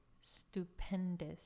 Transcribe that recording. Stupendous